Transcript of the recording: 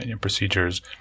procedures